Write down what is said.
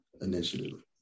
initiative